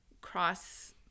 cross